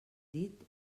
dit